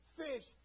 fish